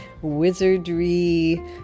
wizardry